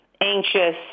anxious